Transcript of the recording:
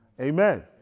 Amen